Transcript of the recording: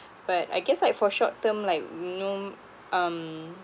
but I guess like for short term like non um